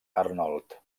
arnold